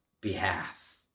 behalf